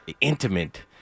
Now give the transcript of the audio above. intimate